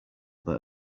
that